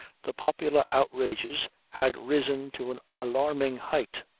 the popular outrages had risen to an alarming height.